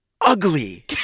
ugly